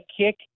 kick